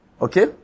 Okay